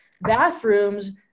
bathrooms